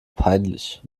peinlich